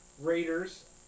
Raiders